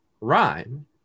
Rhyme